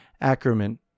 Ackerman